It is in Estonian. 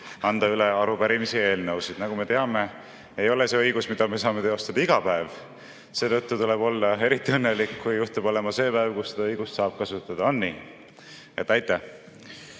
anda üle arupärimisi ja eelnõusid. Nagu me teame, ei ole see [selline] õigus, mida me saame teostada iga päev. Seetõttu tuleb olla eriti õnnelik, kui juhtub olema see päev, kus seda õigust saab kasutada. On nii? Et aitäh!